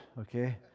okay